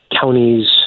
counties